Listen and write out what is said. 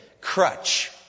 crutch